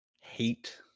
hate